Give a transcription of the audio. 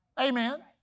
Amen